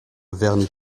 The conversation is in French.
vernis